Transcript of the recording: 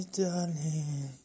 darling